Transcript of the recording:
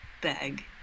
bag